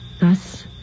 Thus